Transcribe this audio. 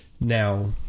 now